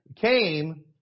came